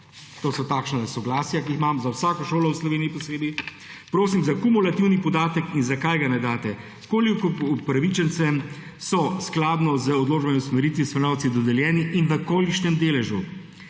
To so takšnale soglasja, ki jih imam, za vsako šolo v Sloveniji posebej. Prosim za kumulativni podatek – in zakaj ga ne date: Koliko upravičencem so skladno z odločbo o usmeritvi spremljevalci dodeljeni in v kolikšnem deležu?